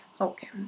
Okay